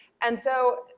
and so,